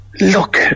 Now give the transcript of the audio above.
Look